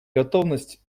готовность